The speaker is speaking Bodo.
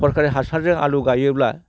सरकारि हासारजों आलु गायोब्ला